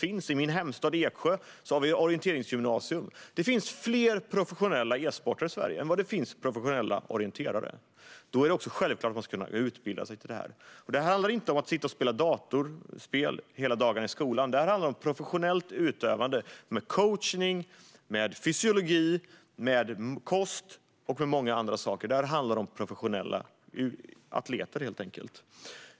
I min hemstad Eksjö har vi ett orienteringsgymnasium, men det finns fler professionella e-sportare i Sverige än vad det finns professionella orienterare. Då är det självklart att man ska kunna utbilda sig till det. Det handlar inte om att spela datorspel i skolan hela dagarna utan om ett professionellt utövande med coachning, fysiologi, kostlära med mera. Det handlar helt enkelt om professionella atleter.